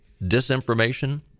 disinformation